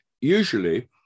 usually